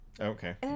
Okay